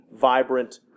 vibrant